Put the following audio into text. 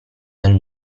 del